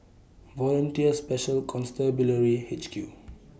Volunteer Special Constabulary H Q